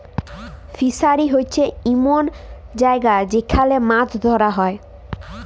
fishery হছে এমল জায়গা যেখালে মাছ ধ্যরা হ্যয়